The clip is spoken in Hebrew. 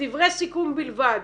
דברי סיכום בלבד.